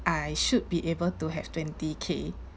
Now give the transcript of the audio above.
I should be able to have twenty K